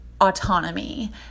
autonomy